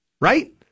right